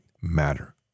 matter